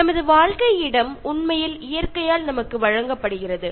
நமது வாழ்க்கை இடம் உண்மையில் இயற்கையால் நமக்கு வழங்கப்படுகிறது